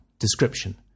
Description